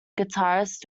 guitarist